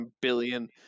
billion